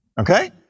okay